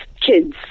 kids